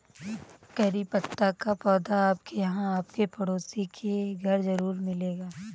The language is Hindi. करी पत्ता का पौधा आपके या आपके पड़ोसी के घर ज़रूर मिलेगा